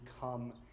come